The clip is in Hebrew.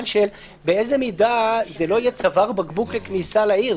באיזו מידה זה לא יהיה צוואר בקבוק בכניסה לעיר?